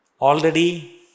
already